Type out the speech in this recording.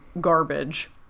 garbage